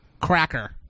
cracker